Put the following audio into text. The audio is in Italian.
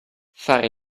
fare